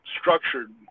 structured